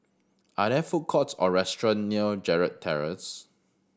are there food courts or restaurants near Gerald Terrace